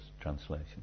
translation